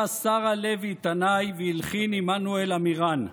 שרה לוי תנאי והלחין עמנואל עמירן,